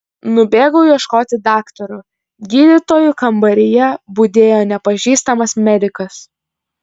nubėgau ieškoti daktaro gydytojų kambaryje budėjo nepažįstamas medikas